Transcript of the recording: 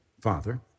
father